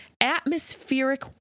Atmospheric